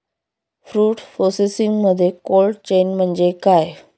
Food प्रोसेसिंगमध्ये cold chain म्हणजे काय?